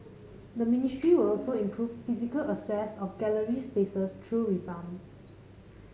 the ministry will also improve physical access of gallery spaces through revamps